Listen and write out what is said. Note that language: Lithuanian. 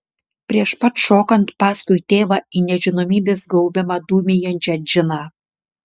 prieš pat šokant paskui tėvą į nežinomybės gaubiamą dūmijančią džiną